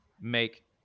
make